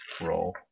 roll